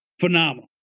Phenomenal